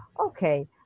Okay